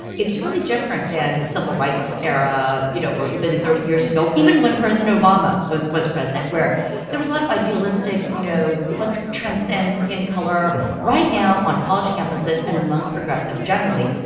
it's really different than the civil rights era, you know where even thirty years ago, even when president obama was was president, where there was a lot of idealistic, you know let's transcend skin color. right now, on college campuses and among progressive generally,